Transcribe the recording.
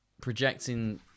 projecting